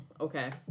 Okay